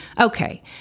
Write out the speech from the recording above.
Okay